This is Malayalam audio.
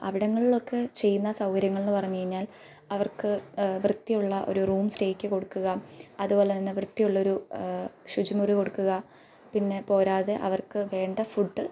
അവിടങ്ങളിലൊക്കെ ചെയ്യുന്ന സൗകര്യങ്ങളെന്നു പറഞ്ഞു കഴിഞ്ഞാൽ അവർക്ക് വൃത്തിയുള്ള ഒരു റൂം സ്റ്റേക്ക് കൊടുക്കുക അതു പോലെ തന്നെ വൃത്തിയുള്ളൊരു ശുചിമുറി കൊടുക്കുക പിന്നെ പോരാതെ അവർക്കു വേണ്ട ഫുഡ്